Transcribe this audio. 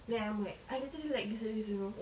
then I'm like I better do like this you know